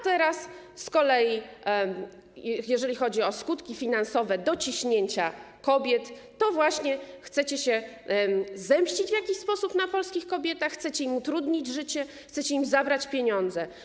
Teraz z kolei, jeżeli chodzi o skutki finansowe dociśnięcia kobiet, właśnie chcecie się zemścić w jakiś sposób na polskich kobietach, chcecie im utrudnić życie, chcecie im zabrać pieniądze.